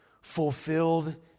fulfilled